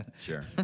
Sure